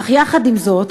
אך עם זאת,